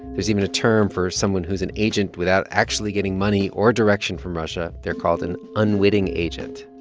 there's even a term for someone who's an agent without actually getting money or direction from russia. they're called an unwitting agent